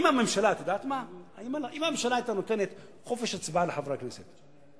אם הממשלה היה נותנת חופש הצבעה לחברי הכנסת,